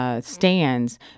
Stands